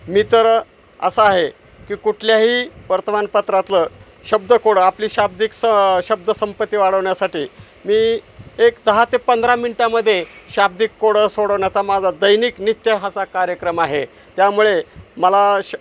मी तर असा आहे की कुठल्याही वर्तमानपत्रातलं शब्दकोडं आपली शाब्दिक स शब्दसंपत्ती वाढवण्यासाठी मी एक दहा ते पंधरा मिनटामध्ये शाब्दिक कोडं सोडवण्याचा माझा दैनिक नित्य हाच कार्यक्रम आहे त्यामुळे मला श